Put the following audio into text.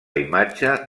imatge